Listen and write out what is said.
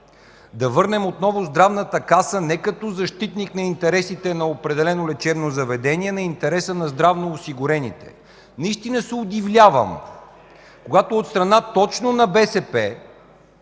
да върнем отново Здравната каса не като защитник на интересите на определено лечебно заведение, а на интереса на здравноосигурените. Наистина се удивявам точно на БСП,